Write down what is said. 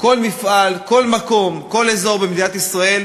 כל מפעל, כל מקום, כל אזור במדינת ישראל,